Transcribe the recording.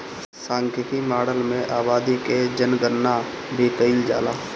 सांख्यिकी माडल में आबादी कअ जनगणना भी कईल जाला